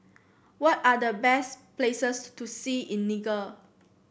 what are the best places to see in Niger